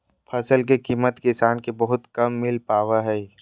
फसल के कीमत किसान के बहुत कम मिल पावा हइ